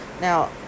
Now